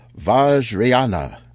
Vajrayana